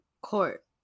court